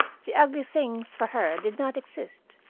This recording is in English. the ugly things, for her, did not exist.